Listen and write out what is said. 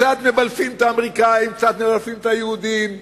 קצת מבלפים את האמריקנים, קצת מבלפים את היהודים,